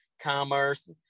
commerce